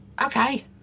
Okay